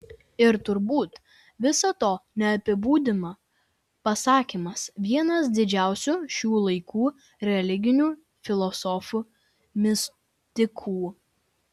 ir turbūt viso to neapibūdina pasakymas vienas didžiausių šių laikų religinių filosofų mistikų